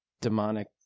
demonic